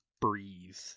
breathe